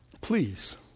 Please